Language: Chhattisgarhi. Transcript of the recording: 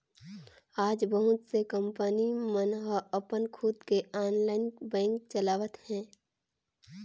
आज बहुत से कंपनी मन ह अपन खुद के ऑनलाईन बेंक चलावत हे